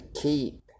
keep